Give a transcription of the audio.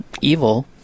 evil